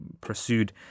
pursued